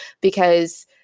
because-